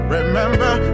Remember